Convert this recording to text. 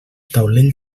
taulell